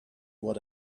what